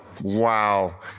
wow